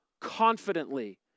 confidently